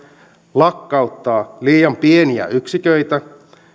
lakkauttaa liian pieniä yksiköitä